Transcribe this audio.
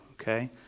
okay